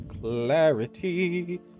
clarity